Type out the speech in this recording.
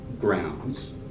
grounds